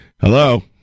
Hello